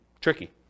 tricky